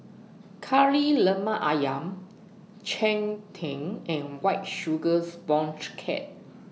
Kari Lemak Ayam Cheng Tng and White Sugar Sponge Cake